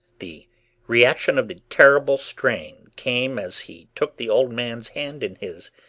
the reaction of the terrible strain came as he took the old man's hand in his,